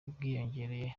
byiyongereye